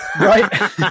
Right